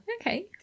Okay